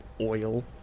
oil